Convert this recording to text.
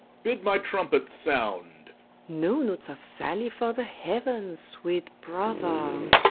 bid my trumpet sound. no notes of sally, for the heavens, sweet brother!